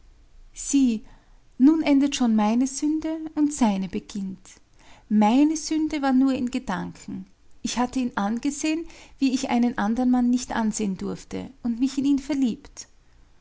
sieh nun endet schon meine sünde und seine beginnt meine sünde war nur in gedanken ich hatte ihn angesehen wie ich einen anderen mann nicht ansehen durfte und mich in ihn verliebt